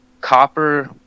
copper